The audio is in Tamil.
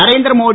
நரேந்திர மோடி